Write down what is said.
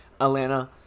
Atlanta